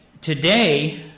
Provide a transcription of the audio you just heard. today